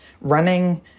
running